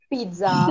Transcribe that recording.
pizza